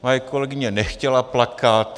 Moje kolegyně nechtěla plakat.